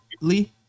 Lee